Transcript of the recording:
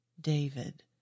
David